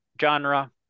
genre